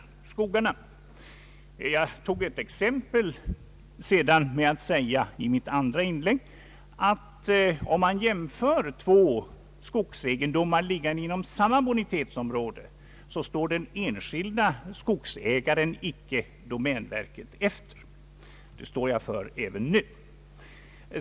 I mitt andra inlägg tog jag sedan ett exempel och sade att om man jämför två skogsegendomar, liggande inom samma bonitetsområde, står den enskilde skogsägaren icke domänverkets efter. Det uttalandet står jag för även nu.